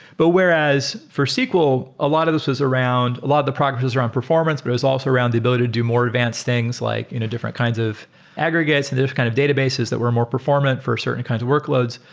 but whereas for sql, ah lot of this is around a lot of the practice is around performance but it's also around the ability to do more advance things like you know different kinds of aggregates and the different kind of databases that were more performant for certain kinds of workloads.